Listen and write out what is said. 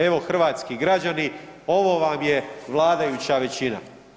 Evo hrvatski građani, ovo vam je vladajuća većina.